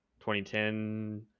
2010